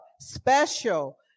special